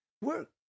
Work